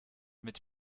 mit